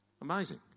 Amazing